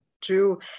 True